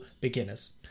beginners